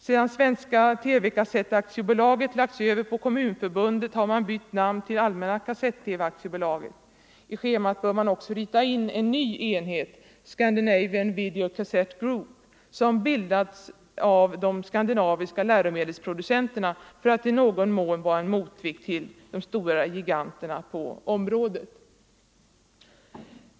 Sedan Svenska TV-kassettaktiebolaget lagts över på Kommunförbundet har man bytt namn till Allmänna kassett TV AB. I schemat bör man också rita in en ny enhet, Scandinavian Video Cassette Group, som bildats av de skandinaviska läromedelsproducenterna för att i någon mån vara en motvikt till de stora giganterna på området.